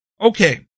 Okay